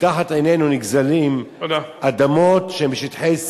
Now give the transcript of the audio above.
מתחת עינינו נגזלות אדמות שהן שטחי C,